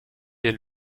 der